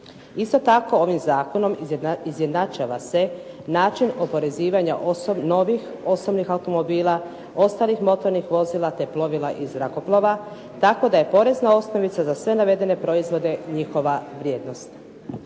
Isto tako ovim zakonom izjednačava se način oporezivanja novih osobnih automobila, ostalih motornih vozila, te plovila i zrakoplova tako da je porezna osnovica za sve navedene proizvode njihova vrijednost.